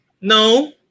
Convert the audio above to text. No